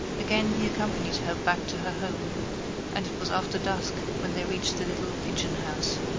again he accompanied her back to her home and it was after dusk when they reached the little pigeon-house.